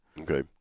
Okay